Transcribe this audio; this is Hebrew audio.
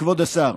כבוד השר.